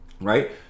right